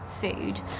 food